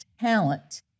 talent